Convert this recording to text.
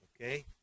okay